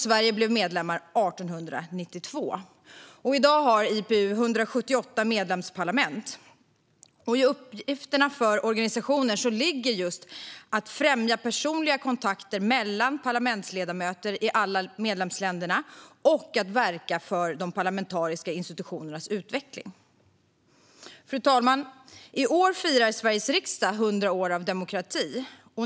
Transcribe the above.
Sverige blev medlem 1892. I dag har IPU 178 medlemsparlament. I uppgifterna för organisationen ligger just att främja personliga kontakter mellan parlamentsledamöter i alla medlemsländer och att verka för de parlamentariska institutionernas utveckling. Fru talman! I år firar Sveriges riksdag 100 år av demokrati.